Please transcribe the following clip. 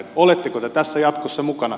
oletteko te tässä jatkossa mukana